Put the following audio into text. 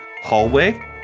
hallway